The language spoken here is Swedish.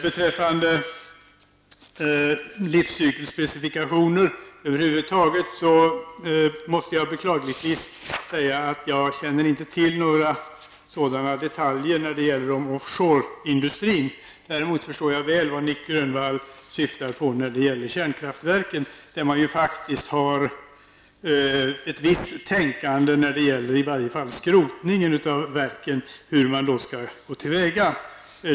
Beträffande livscykelspecifikationer över huvud taget måste jag beklagligtvis säga att jag inte känner till några sådana detaljer när det gäller off-shoreindustrin. Däremot förstår jag väl vad Nic Grönvall syftar i fråga om kärnkraftverken, där man faktiskt har ett visst tänkande när det gäller i varje fall skrotningen av verken, dvs. hur man skall gå till väga.